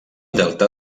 delta